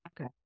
Okay